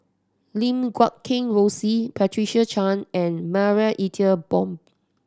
Lim Guat Kheng Rosie Patricia Chan and Marie Ethel Bong